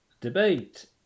debate